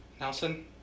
Nelson